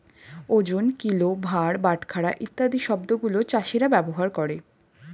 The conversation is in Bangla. ওজন, কিলো, ভার, বাটখারা ইত্যাদি শব্দ গুলো চাষীরা ব্যবহার করে